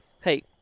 hey